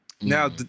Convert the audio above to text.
now